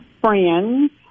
Friends